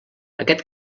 aquest